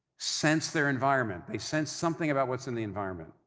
sense their environment, they sense something about what's in the environment,